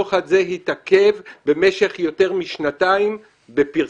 דוח שהתעכב במשך יותר משנתיים עם הפרסום.